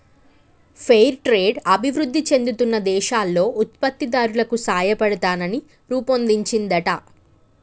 fair trade అభివృధి చెందుతున్న దేశాల్లో ఉత్పత్తి దారులకు సాయపడతానికి రుపొన్దించిందంట